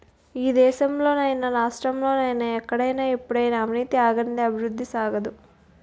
ఈ దేశంలో నైనా రాష్ట్రంలో నైనా ఎక్కడైనా ఎప్పుడైనా అవినీతి ఆగనిదే అభివృద్ధి సాగదు